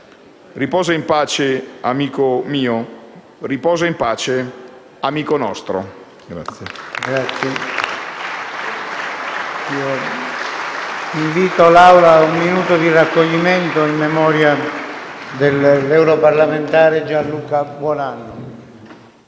Riposa in pace, amico mio, riposa in pace, amico nostro.